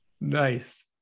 Nice